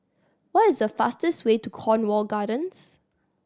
what is the fastest way to Cornwall Gardens